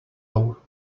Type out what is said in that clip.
low